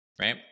right